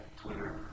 Twitter